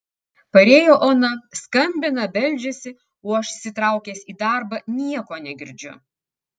parėjo ona skambina beldžiasi o aš įsitraukęs į darbą nieko negirdžiu